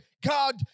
God